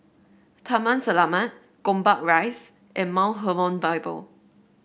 Taman Selamat Gombak Rise and Mount Hermon Bible